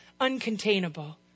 uncontainable